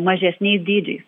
mažesniais dydžiais